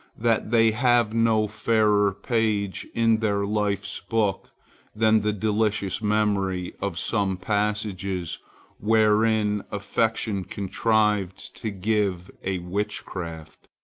that they have no fairer page in their life's book than the delicious memory of some passages wherein affection contrived to give a witchcraft,